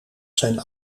zijn